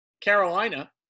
Carolina